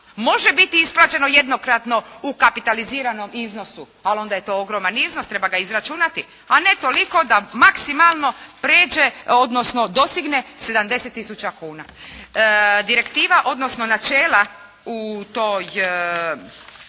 Može biti isplaćeno jednokratno u kapitaliziranom iznosu, ali onda je to ogroman iznos. Treba ga izračunati, a ne toliko da maksimalno prijeđe, odnosno dosegne 70000 kuna. Direktiva, odnosno načela u toj,